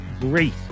great